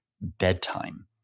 bedtime